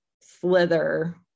slither